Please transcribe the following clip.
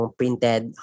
printed